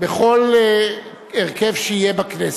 בכל הרכב שיהיה בכנסת.